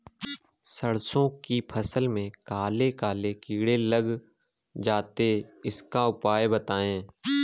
सरसो की फसल में काले काले कीड़े लग जाते इसका उपाय बताएं?